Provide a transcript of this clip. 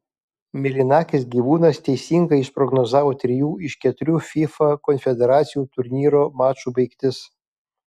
mėlynakis gyvūnas teisingai išprognozavo trijų iš keturių fifa konfederacijų turnyro mačų baigtis